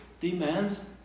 demands